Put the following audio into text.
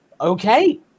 okay